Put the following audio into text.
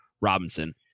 Robinson